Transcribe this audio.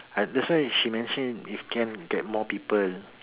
I that's why she mentioned if can get more people